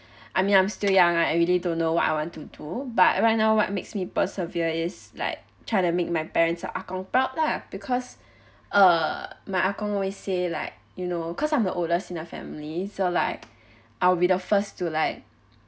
I mean I'm still young right I really don't know what I want to do but right now what makes me persevere is like try to make my parents and ah gong proud lah because uh my ah gong always say like you know cause I'm the oldest in our family so like I'll be the first to like